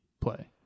play